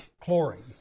chlorine